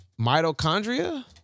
Mitochondria